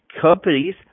companies